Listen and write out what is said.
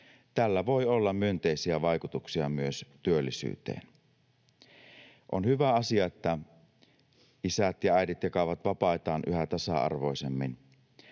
tällä voi olla myönteisiä vaikutuksia myös työllisyyteen. On hyvä asia, että isät ja äidit jakavat vapaitaan yhä tasa-arvoisemmin.